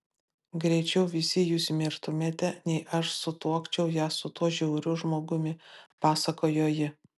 greičiau visi jūs mirtumėte nei aš sutuokčiau ją su tuo žiauriu žmogumi pasakojo ji